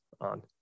on